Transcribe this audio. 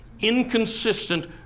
inconsistent